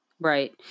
right